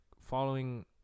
following